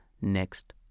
next